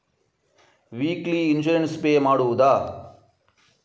Weekly insurance pay ಮಾಡುವುದ?